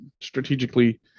strategically